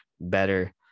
better